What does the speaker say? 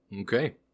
Okay